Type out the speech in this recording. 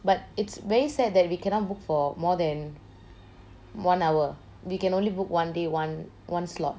but it's very sad that we cannot book for more than one hour we can only book one day one one slot